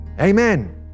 Amen